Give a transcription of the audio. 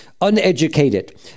uneducated